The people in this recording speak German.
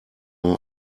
mal